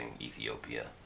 Ethiopia